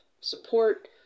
support